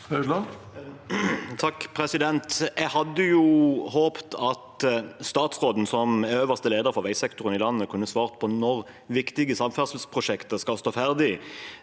(FrP) Jeg hadde håpet at statsråden, som øverste leder for veisektoren i landet, kunne svare på når viktige samferdselsprosjekter skal stå ferdig.